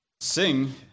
sing